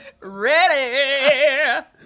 Ready